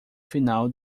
final